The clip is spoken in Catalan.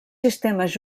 sistemes